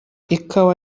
ikawa